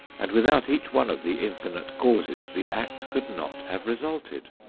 and without each one of the infinite causes the act could not have resulted.